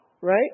Right